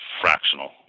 fractional